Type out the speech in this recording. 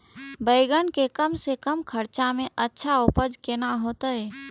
बेंगन के कम से कम खर्चा में अच्छा उपज केना होते?